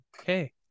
Okay